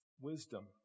wisdom